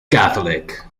catholic